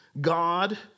God